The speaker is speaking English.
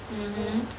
mmhmm